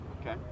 Okay